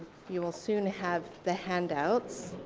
you will soon have the handouts,